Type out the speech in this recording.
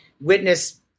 witness